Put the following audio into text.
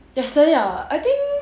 yesterday ah I think